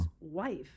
wife